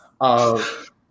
of-